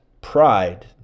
pride